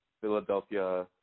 Philadelphia